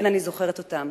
כן, אני זוכרת אותם.